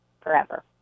forever